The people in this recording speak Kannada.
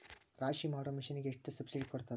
ರಾಶಿ ಮಾಡು ಮಿಷನ್ ಗೆ ಎಷ್ಟು ಸಬ್ಸಿಡಿ ಕೊಡ್ತಾರೆ?